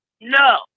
no